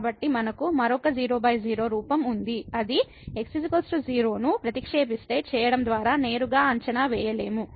కాబట్టి మనకు మరొక 00 రూపం ఉంది అది x 0 ను ప్రతిక్షేపిస్తే చేయడం ద్వారా నేరుగా అంచనా వేయలేము